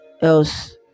else